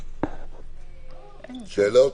שאלות?